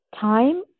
Time